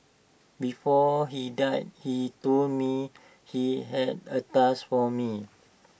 before he died he told me he had A task for me